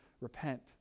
repent